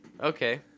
Okay